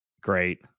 great